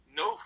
no